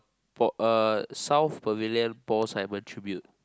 for a South Pavilion Paul-Simon Tribute